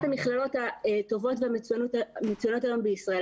מהמכללות הטובות והמצוינות כיום בישראל.